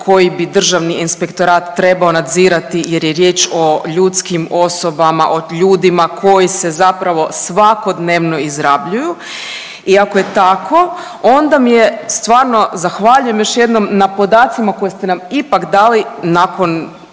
koji bi Državni inspektorat trebao nadzirati jer je riječ o ljudskim osobama, o ljudima koji se zapravo svakodnevno izrabljuju. I ako je tako onda mi je stvarno zahvaljujem još jednom na podacima koje ste nam ipak dali nakon